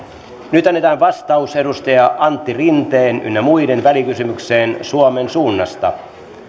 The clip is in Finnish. nyt annetaan vastaus edustaja antti rinteen ynnä muuta välikysymykseen suomen suunnasta